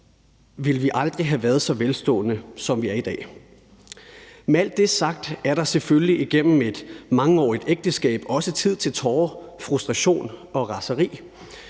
ville vi aldrig have været så velstående, som vi er i dag. Med alt det sagt er der selvfølgelig igennem et mangeårigt ægteskab også tid til tårer, frustration og raseri.